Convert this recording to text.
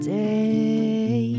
day